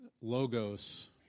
logos